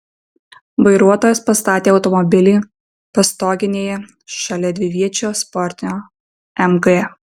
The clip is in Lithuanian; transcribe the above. vairuotojas pastatė automobilį pastoginėje šalia dviviečio sportinio mg